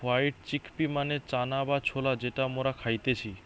white chickpea মানে চানা বা ছোলা যেটা মরা খাইতেছে